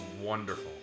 wonderful